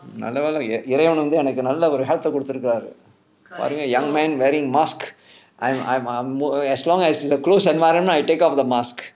நல்ல வேலை இளையவன் வந்து அண்ணைக்கு நல்ல ஒரு:nalla velai ilayavan vanthu annaikku nalla oru health eh கொடுத்திருக்காரு:koduthirukkaaru young man wearing mask I'm I'm I'm more as long as close environment I take off the mask